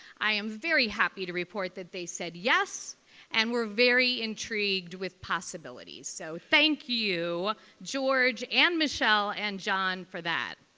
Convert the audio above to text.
i am very happy to report that they said yes and we're very intrigued with possibilities. so thank you george and michelle and john for that.